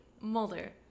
Mulder